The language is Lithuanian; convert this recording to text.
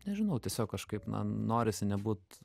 nežinau tiesiog kažkaip na norisi nebūt